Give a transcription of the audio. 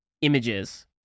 images